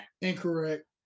Incorrect